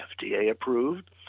FDA-approved